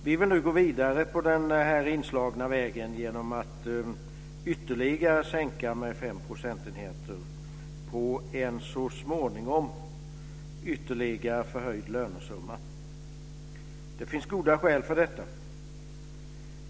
Vi vill nu gå vidare på den inslagna vägen genom att ytterligare sänka med fem procentenheter på en så småningom ytterligare förhöjd lönesumma. Det finns goda skäl för detta.